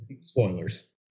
Spoilers